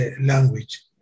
language